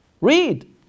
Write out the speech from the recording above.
read